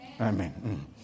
Amen